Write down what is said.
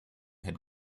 had